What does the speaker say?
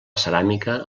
ceràmica